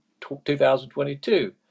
2022